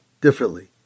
differently